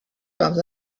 comes